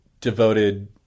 devoted